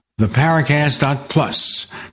theparacast.plus